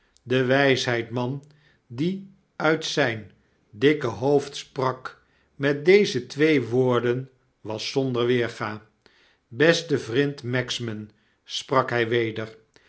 de wysheid man die uit zyn dikke hoofd sprak met deze twee woorden was zonder weerga beste vrind magsman sprak hy weder